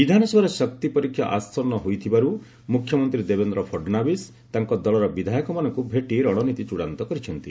ବିଧାନସଭାରେ ଶକ୍ତି ପରୀକ୍ଷା ଆସନ୍ନ ହୋଇଥିବାରୁ ମୁଖ୍ୟମନ୍ତ୍ରୀ ଦେବେନ୍ଦ୍ର ଫଡନାବିସ୍ ତାଙ୍କ ଦଳର ବିଧାୟକମାନଙ୍କୁ ଭେଟି ରଣନୀତି ଚୂଡ଼ାନ୍ତ କରିଛନ୍ତି